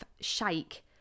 shake